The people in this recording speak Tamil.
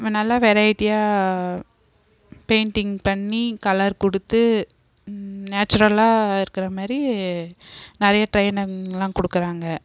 நம்ம நல்ல வெரைட்டியாக பெயிண்டிங் பண்ணி கலர் கொடுத்து நேச்சுரலாக இருக்கிற மாரி நிறைய டிரைனிங்கெலாம் கொடுக்குறாங்க